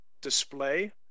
display